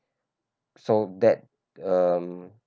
so that err